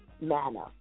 manner